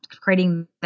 creating